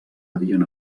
havien